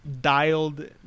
dialed